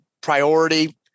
priority